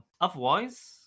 otherwise